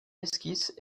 esquisse